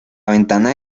ventana